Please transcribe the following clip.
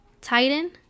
Titan